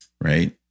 right